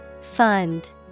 Fund